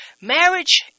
marriage